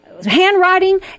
handwriting